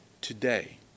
today